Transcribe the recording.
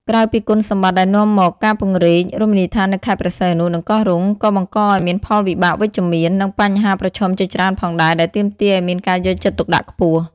ក្រៅពីគុណសម្បត្តិដែលនាំមក ការពង្រីករមណីយដ្ឋាននៅខេត្តព្រះសីហនុ និងកោះរ៉ុង ក៏បង្កឲ្យមានផលវិបាកអវិជ្ជមាន និងបញ្ហាប្រឈមជាច្រើនផងដែរ ដែលទាមទារឲ្យមានការយកចិត្តទុកដាក់ខ្ពស់។